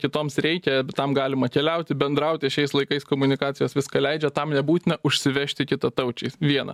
kitoms reikia ir tam galima keliauti bendrauti šiais laikais komunikacijos viską leidžia tam nebūtina užsivežti kitataučiais viena